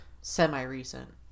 semi-recent